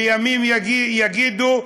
וימים יגידו,